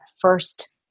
first